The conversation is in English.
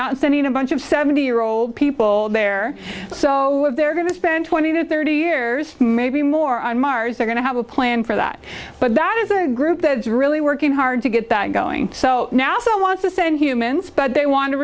not sending a bunch of seventy year old people there so they're going to spend twenty to thirty years maybe more on mars they're going to have a plan for that but that isn't a group that's really working hard to get that going so now i want to send humans but they want to